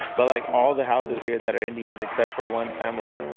but like all the houses here that are indians, except for one family,